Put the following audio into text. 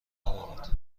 ندارد